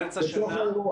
מרס השנה.